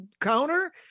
counter